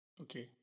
Okay